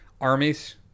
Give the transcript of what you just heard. armies